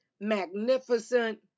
magnificent